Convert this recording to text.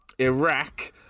Iraq